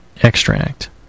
extract